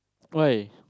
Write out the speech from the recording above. why